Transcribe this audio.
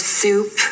soup